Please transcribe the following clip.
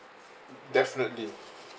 definitely